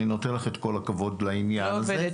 אני נותן לך את כל הכבוד בעניין הזה --- אני לא עובדת,